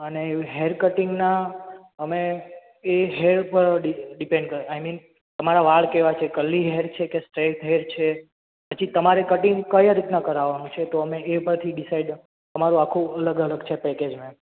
અને હેર કટિંગના અમે એ હેર પર ડીપે ડીપેન્ડ કરે આઈ મીન તમારા વાળ કેવાં છે કર્લી હેર છેકે સ્ટ્રેટ હેર છે પછી તમારે કટિંગ કયા રીતના કરવાનું છે તો અમે એ પરથી ડીસાઇડ અમારું આખું અલગ અલગ છે પેકેજ મેમ